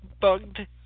bugged